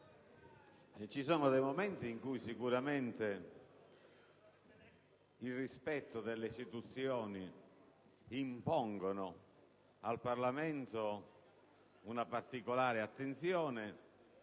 ci sono dei momenti in cui sicuramente il rispetto delle istituzioni impone al Parlamento una particolare attenzione